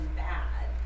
bad